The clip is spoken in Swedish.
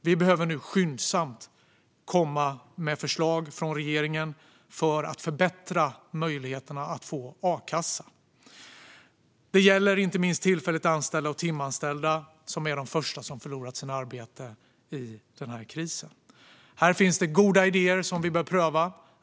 Det behöver nu skyndsamt komma förslag från regeringen för att förbättra möjligheterna att få a-kassa. Det gäller inte minst tillfälligt anställda och timanställda, som är de första som förlorat sina arbeten i denna kris. Här finns det goda idéer som vi bör pröva.